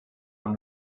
amb